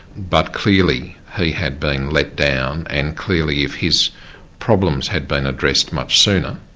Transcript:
but clearly, he had been let down, and clearly if his problems had been addressed much sooner,